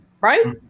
Right